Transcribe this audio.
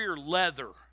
leather